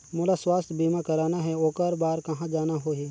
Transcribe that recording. मोला स्वास्थ बीमा कराना हे ओकर बार कहा जाना होही?